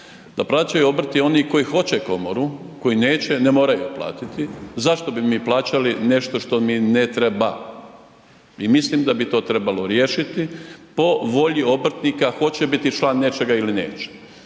da plaćaju obrt i oni koji hoće komoru, koji neće ne moraju platiti. Zašto bi mi plaćali nešto što mi ne treba? I mislim da bi to trebalo riješiti po volji obrtnika hoće biti član nečega ili neće.